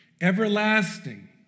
everlasting